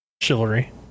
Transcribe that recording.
Chivalry